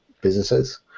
businesses